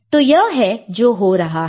तो यह है जो हो रहा है